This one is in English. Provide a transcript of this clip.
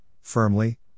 firmly